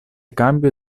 cambio